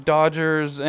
Dodgers